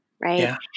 Right